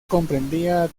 comprendía